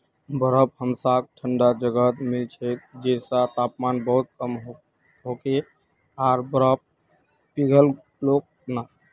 बर्फ हमसाक ठंडा जगहत मिल छेक जैछां तापमान बहुत कम होके आर बर्फ पिघलोक ना